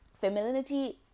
Femininity